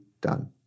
done